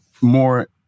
more